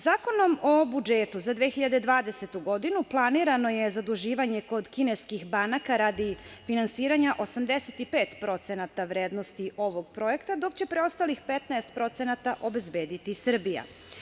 Zakonom o budžetu za 2020. godinu planirano je zaduživanje kod kineskih banaka radi finansiranja 85% vrednosti ovog projekta, dok će preostalih 15% obezbediti Srbija.